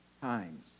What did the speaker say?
times